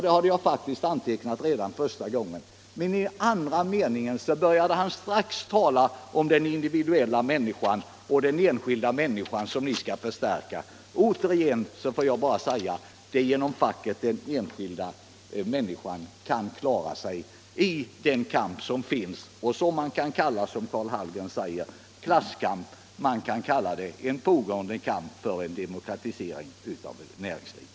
Det hade jag faktiskt antecknat att han sade redan i sitt första anförande. Men i den andra meningen började han tala om individen och den enskilda människan, vars position ni vill förstärka. Återigen vill jag säga: Det är genom facket som den enskilda människan kan klara sig i den kamp som finns; herr Hallgren kallar den klasskamp, men man kan också kalla den en pågående kamp för demokratisering av näringslivet.